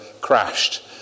crashed